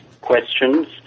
questions